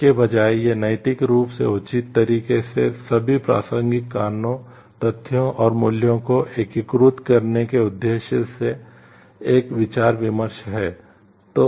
इसके बजाय यह नैतिक रूप से उचित तरीके से सभी प्रासंगिक कारणों तथ्यों और मूल्यों को एकीकृत करने के उद्देश्य से एक विचार विमर्श है